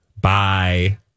Bye